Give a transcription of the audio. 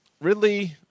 Ridley